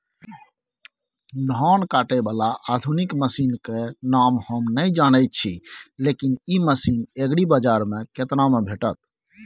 धान काटय बाला आधुनिक मसीन के नाम हम नय जानय छी, लेकिन इ मसीन एग्रीबाजार में केतना में भेटत?